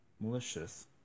malicious